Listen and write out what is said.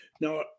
Now